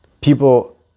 People